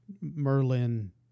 Merlin